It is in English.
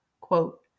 Quote